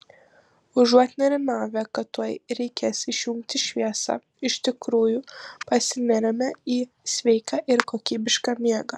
užuot nerimavę kad tuoj reikės išjungti šviesą iš tikrųjų pasineriame į sveiką ir kokybišką miegą